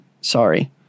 Sorry